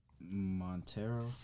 Montero